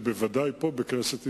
ובוודאי פה בכנסת ישראל,